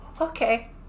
okay